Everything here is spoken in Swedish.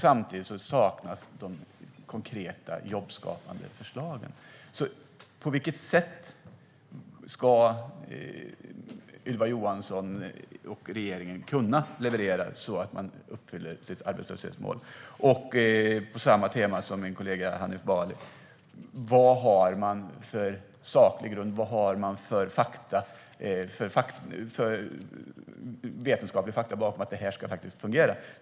Samtidigt saknas de konkreta jobbskapande förslagen. På vilket sätt ska Ylva Johansson och regeringen kunna leverera, så att man uppfyller sitt arbetslöshetsmål? Och på samma tema som min kollega Hanif Bali: Vad har man för saklig grund att anse att det här kommer att fungera? Vad har man för vetenskapliga fakta bakom detta?